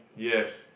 yes